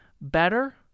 better